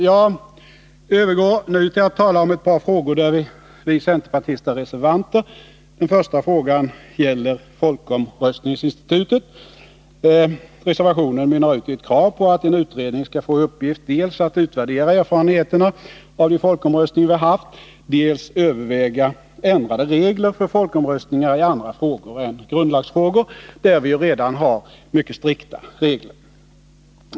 Jag övergår nu till att tala om ett par frågor där vi centerpartister är reservanter. Den första frågan gäller folkomröstningsinstitutet. Reservationen mynnar ut i krav på att en utredning skall få i uppgift dels att utvärdera erfarenheterna av de folkomröstningar vi haft, dels att överväga ändrade regler för folkomröstningar i andra frågor än grundlagsfrågor, där vi redan har mycket strikta regler.